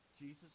Jesus